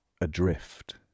adrift